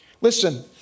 Listen